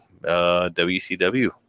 WCW